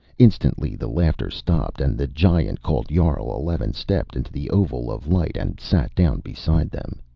instantly, the laughter stopped, and the giant called jarl eleven stepped into the oval of light and sat down beside them.